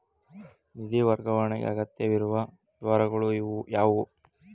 ನಿಧಿ ವರ್ಗಾವಣೆಗೆ ಅಗತ್ಯವಿರುವ ವಿವರಗಳು ಯಾವುವು?